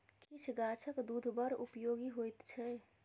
किछ गाछक दूध बड़ उपयोगी होइत छै